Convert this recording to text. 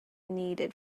needed